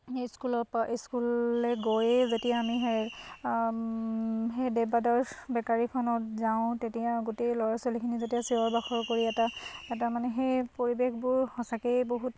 এই স্কুলৰপৰা স্কুললৈ গৈয়ে যেতিয়া আমি সেই সেই দেৱ ব্ৰাডাৰ্চ বেকাৰীখনত যাওঁ তেতিয়া গোটেই ল'ৰা ছোৱালীখিনি যেতিয়া চিঞৰ বাখৰ কৰি এটা এটা মানে সেই পৰিৱেশবোৰ সঁচাকেই বহুত